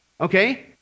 Okay